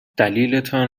دلیلتان